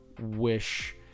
wish